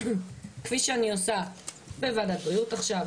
כפי שאני עושה בוועדת בריאות עכשיו,